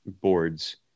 boards